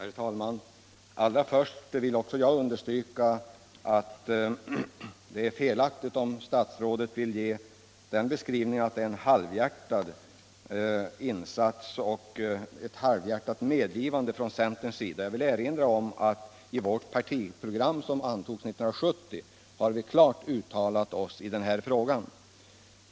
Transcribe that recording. Herr talman! Allra först vill jag understryka att det är felaktigt om statsrådet vill ge den beskrivningen att detta är en halvhjärtad insats från centern och ett halvhjärtat medgivande från oss. Jag vill erinra om att vi i vårt partiprogram som antogs 1970 har klart uttalat oss i den här frågan.